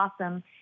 awesome